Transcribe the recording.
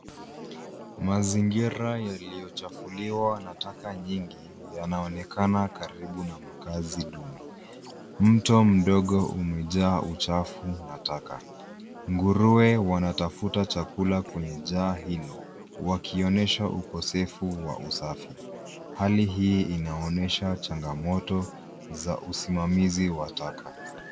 Mazingira yaliyochafuliwa na taka nyingi yanaonekana karibu na makazi duni. Mto mdogo umejaaa uchafu na taka. Nguruwe wanatafuta chakula kwenye jaa hilo wakionyesha ukosefu wa usafi. Hali hii inaonyesha changamoto za usimamizi wa taka.